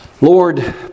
Lord